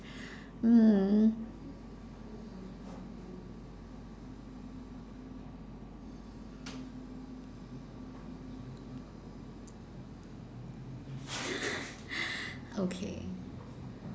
mm okay